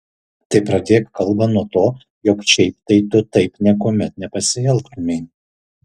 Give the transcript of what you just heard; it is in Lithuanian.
tai pradėk kalbą nuo to jog šiaip tai tu taip niekuomet nepasielgtumei